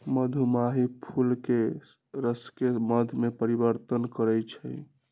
मधुमाछी फूलके रसके मध में परिवर्तन करछइ